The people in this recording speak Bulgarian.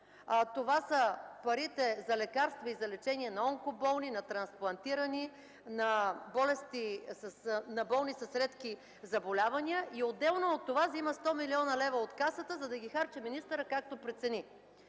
Това са парите за лекарства и за лечение на онкоболни, на трансплантирани, на болни с редки заболявания и отделно от това взима 100 милиона лева от Касата, за да ги харчи министърът както прецени.